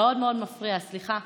מאוד מאוד מפריע, סליחה.